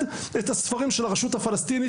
את ספרי הלימוד הלא מצונזרים של הרשות הפלסטינית.